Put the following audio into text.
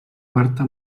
marta